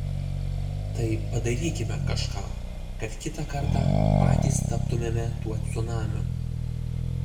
tai padarykime kažką kad kitą kartą patys taptumėme tuo cunamiu